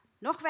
Noch